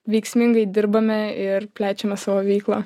veiksmingai dirbame ir plečiame savo veiklą